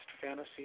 fantasy